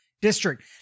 district